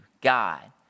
God